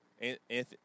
Anthony